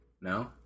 No